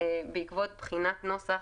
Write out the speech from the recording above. בעקבות בחינת נוסח,